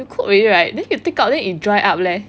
you cook already right then you take out then it dry up leh